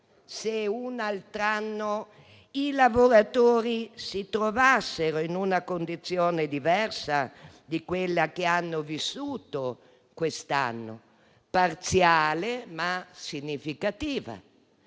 se l'anno prossimo i lavoratori si trovassero in una condizione diversa da quella che hanno vissuto quest'anno (parziale, ma significativa).